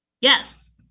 Yes